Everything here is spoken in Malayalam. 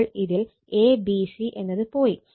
അപ്പോൾ ഇതിൽ a b c എന്നത് പോയി